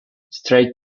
straight